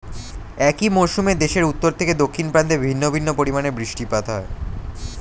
একই মরশুমে দেশের উত্তর থেকে দক্ষিণ প্রান্তে ভিন্ন ভিন্ন পরিমাণে বৃষ্টিপাত হয়